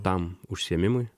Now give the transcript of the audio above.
tam užsiėmimui